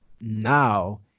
now